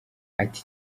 ati